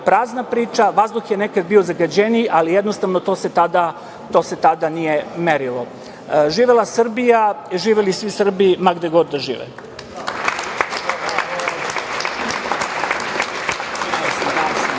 prazna priča. Vazduh je nekad bio zagađeniji, ali jednostavno to se tada nije merilo. Živela Srbija, živeli svi Srbi gde god da žive.